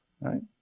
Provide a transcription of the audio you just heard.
Right